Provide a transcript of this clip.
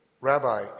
Rabbi